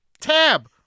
Tab